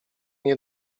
nie